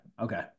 Okay